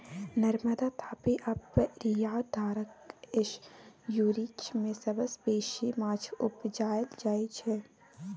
नर्मदा, तापी आ पेरियार धारक एस्च्युरीज मे सबसँ बेसी माछ उपजाएल जाइ छै